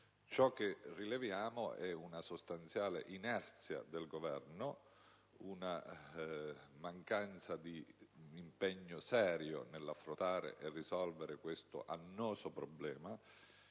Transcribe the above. Ciò che rileviamo, in sostanza, è una sostanziale inerzia del Governo, una mancanza di impegno serio nell'affrontare e risolvere questo annoso problema